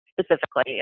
specifically